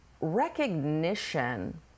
recognition